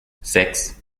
sechs